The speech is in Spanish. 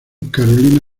carolina